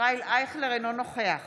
אינו נוכח